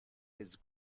his